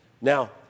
Now